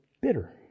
bitter